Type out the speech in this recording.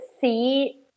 see